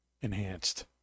enhanced